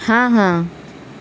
ہاں ہاں